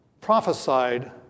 prophesied